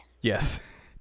Yes